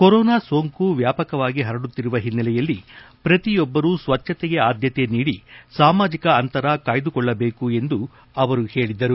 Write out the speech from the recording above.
corona ಸೋಂಕು ವ್ಯಾಪಕವಾಗಿ ಪರಡುತ್ತಿರುವ ಓನ್ನೆಲೆಯಲ್ಲಿ ಪ್ರತಿಯೊಬ್ಬರೂ ಸ್ವಚ್ಛಕೆಗೆ ಆದ್ಯತೆ ನೀಡಿ ಸಾಮಾಜಕ ಅಂತರ ಕಾಯ್ದುಕೊಳ್ಳಬೇಕು ಎಂದು ಅವರು ಹೇಳಿದರು